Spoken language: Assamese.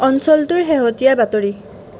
অঞ্চলটোৰ শেহতীয়া বাতৰি